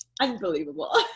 Unbelievable